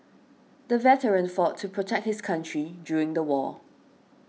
the veteran fought to protect his country during the war